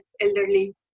elderly